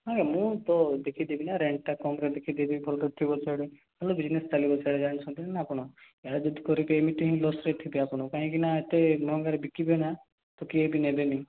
ହଁ ମୁଁ ତ ଦେଖିଦେବି ନା ରେଣ୍ଟ୍ଟା କମ୍ରେ ଦେଖିଦେବି ଭଲରେ ଥିବ ସିଆଡ଼େ ନହେଲେ ବିଜନେସ୍ ଚାଲିବ ସିଆଡ଼େ ଯାଉଛନ୍ତି ନା ଆପଣ ଏହା ଯଦି କରିବେ ଏମିତି ହିଁ ଲସ୍ରେ ଥିବେ ଆପଣ କାହିଁକିନା ଏତେ ମହଙ୍ଗାରେ ବିକିବେ ନା ତ କେହି ବି ନେବେନି